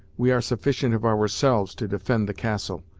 we are sufficient of ourselves to defend the castle.